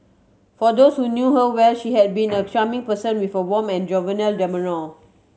for those who knew her well she has been a charming person with a warm and jovial demeanour